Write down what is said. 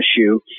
issue